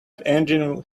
engine